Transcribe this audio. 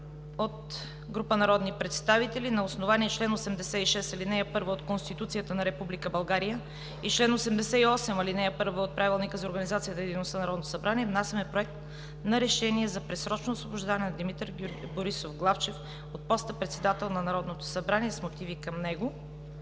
от група народни представители. „На основание чл. 86, ал. 1 от Конституцията на Република България и чл. 88, ал. 1 от Правилника за организацията и дейността на Народното събрание внасяме Проект на Решение за предсрочно освобождаване на Димитър Борисов Главчев от поста председател на Народното събрание с мотиви към него.“